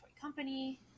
company